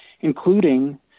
including